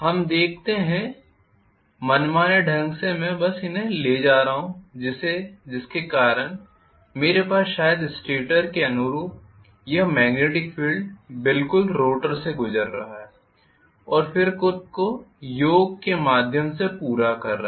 हमें देखते हैं मनमाने ढंग से मैं बस इन्हें ले रहा हूं जिसके कारण मेरे पास शायद स्टेटर के अनुरूप यह मेग्नेटिक फील्ड बिल्कुल रोटर से गुजर रहा है और फिर खुद को योक के माध्यम से पूरा कर रहा है